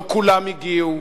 לא כולם הגיעו.